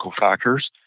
factors